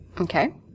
Okay